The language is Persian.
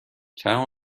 چند